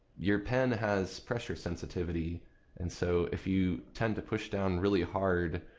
your pen has pressure sensitivity and so if you tend to push down really hard,